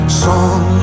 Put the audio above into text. song